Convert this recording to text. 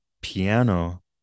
piano